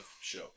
show